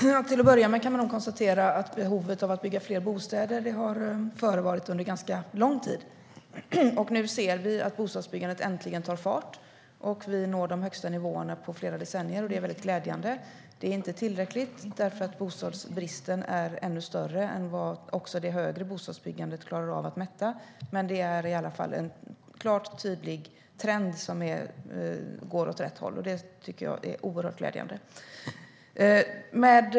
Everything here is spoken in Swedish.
Fru talman! Till att börja med kan man konstatera att behovet av att bygga fler bostäder har förevarit under ganska lång tid. Nu ser vi att bostadsbyggandet äntligen tar fart och att vi når de högsta nivåerna på flera decennier. Det är mycket glädjande. Det är inte tillräckligt, för bostadsbristen är ännu större än vad också den högre byggtakten klarar av att mätta, men det är i alla fall en tydlig trend som går åt rätt håll. Det tycker jag är oerhört glädjande.